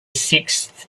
sixth